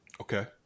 Okay